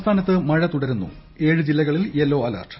സംസ്ഥാനത്ത് മഴ് തുടരുന്നു ഏഴ് ജില്ലകളിൽ യെല്ലോ ന് അലേർട്ട്